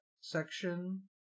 section